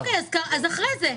אוקיי, אז אחרי זה.